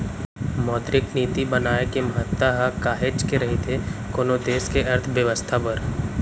मौद्रिक नीति बनाए के महत्ता ह काहेच के रहिथे कोनो देस के अर्थबेवस्था बर